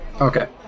Okay